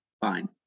fine